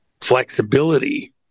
flexibility